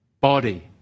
Body